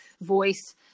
voice